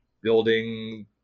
building